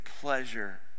pleasure